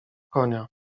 konia